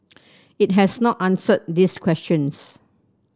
it has not answered these questions